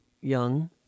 young